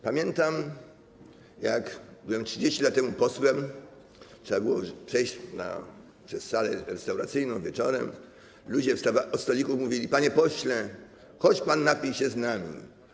Pamiętam, jak byłem 30 lat temu posłem, trzeba było przejść przez salę restauracyjną wieczorem, ludzie przy stolikach mówili: Panie pośle, chodź pan, napij się z nami.